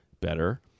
better